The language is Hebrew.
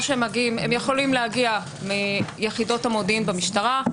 הם יכולים להגיע מיחידות המודיעין במשטרה,